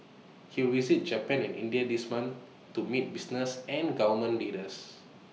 he will visit Japan and India this month to meet business and government leaders